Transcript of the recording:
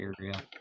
area